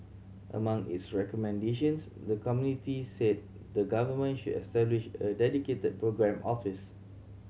among its recommendations the committee said the Government should establish a dedicated programme office